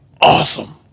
awesome